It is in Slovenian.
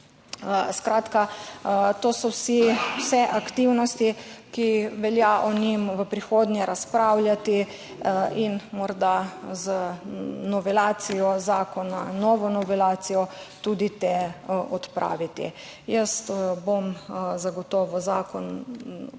Skratka, to so vse aktivnosti, o katerih velja v prihodnje razpravljati, in morda z novelacijo zakona, novo novelacijo, tudi to odpraviti. Jaz bom zagotovo zakon danes